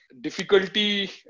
difficulty